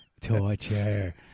Torture